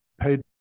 paid